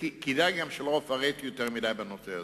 כדאי גם שלא אפרט יותר מדי בנושא הזה.